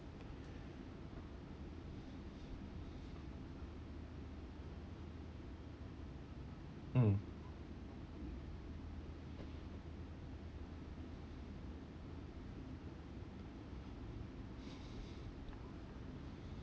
mm